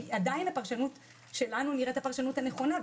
והיא עדיין הפרשנות שלנו נראית הפרשנות הנכונה,